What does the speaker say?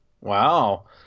Wow